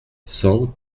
cent